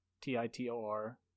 t-i-t-o-r